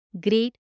great